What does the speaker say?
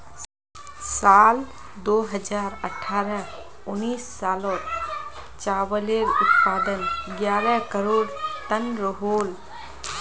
साल दो हज़ार अठारह उन्नीस सालोत चावालेर उत्पादन ग्यारह करोड़ तन रोहोल